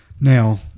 now